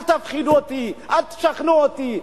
אל תפחידו אותי, אל תשכנעו אותי.